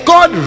God